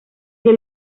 que